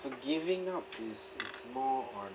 to giving up is is more on